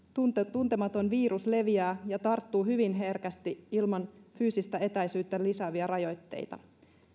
tuntematon virus leviää ja tarttuu hyvin herkästi ilman fyysistä etäisyyttä lisääviä rajoitteita